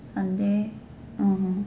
sunday um